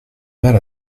mal